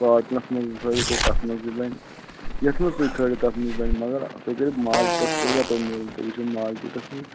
کاٹنَس منٛز ہٲیِو تُہۍ تتھ منٛز تہِ بَنہِ یتھ منٛز تُہۍ ژھانٛڈِو تتھ منٛز بَنہِ مَگر تُہۍ کٔرِو مارکیٚٹس قیمت امیُک معلوٗم تُہۍ وُِچھِو مارکیٚٹس منٛز